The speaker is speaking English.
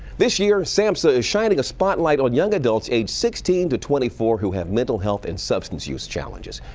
this year, samsa is shining a spotlight on young adults, age sixteen to twenty-four, who have mental health and substance use challenges.